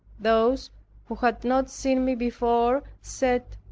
those who had not seen me before said,